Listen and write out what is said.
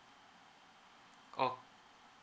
oh